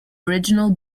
original